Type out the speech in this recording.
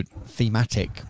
thematic